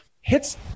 hits